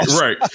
right